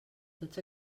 tots